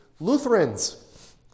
Lutherans